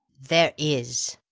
there is.